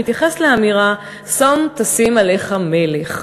שמתייחס לאמירה: "שום תשים עליך מלך".